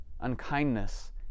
unkindness